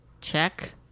Check